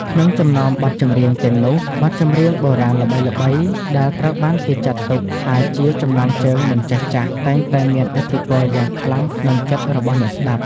ក្នុងចំណោមបទចម្រៀងទាំងនោះ បទចម្រៀងបុរាណល្បីៗដែលត្រូវបានគេចាត់ទុកថាជាចំណងជើងមិនចេះចាស់ តែងតែមានឥទ្ធិពលយ៉ាងខ្លាំងក្នុងចិត្តរបស់អ្នកស្តាប់។